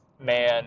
man